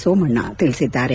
ಸೋಮಣ್ಣ ತಿಳಿಸಿದ್ದಾರೆ